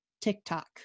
TikTok